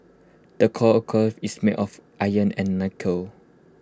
the core occur is made of iron and nickel